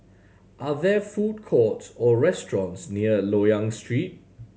are there food courts or restaurants near Loyang Street